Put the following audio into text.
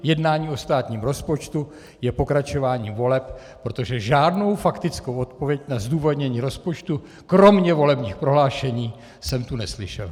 Jednání o státním rozpočtu je pokračováním voleb, protože žádnou faktickou odpověď na zdůvodnění rozpočtu kromě volebních prohlášení jsem tu neslyšel.